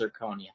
zirconia